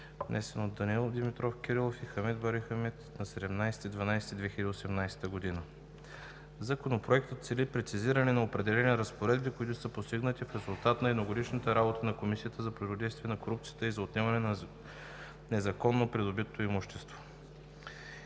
внесен от Данаил Димитров Кирилов и Хамид Бари Хамид на 17 декември 2018 г. Законопроектът цели прецизиране на определени разпоредби, които са постигнати в резултат на едногодишната работа на Комисията за противодействие на корупцията и за отнемането на незаконно придобитото имущество